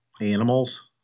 animals